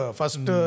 first